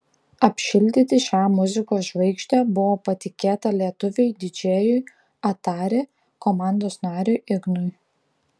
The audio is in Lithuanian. apšildyti šią muzikos žvaigždę buvo patikėta lietuviui didžėjui atari komandos nariui ignui